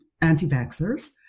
anti-vaxxers